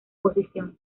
posición